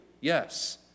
Yes